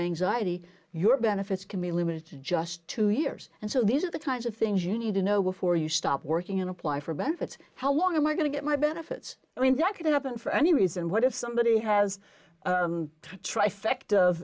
d your benefits can be limited to just two years and so these are the kinds of things you need to know before you stop working and apply for benefits how long am i going to get my benefits i mean that could happen for any reason what if somebody has a trifecta of